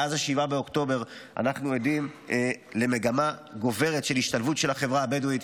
מ-7 באוקטובר אנחנו עדים למגמה גוברת של השתלבות של החברה הבדואית.